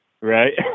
Right